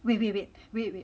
we we wait wait wait